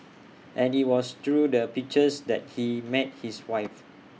and IT was through the pictures that he met his wife